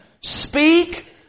Speak